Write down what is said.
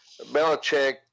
Belichick